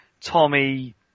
Tommy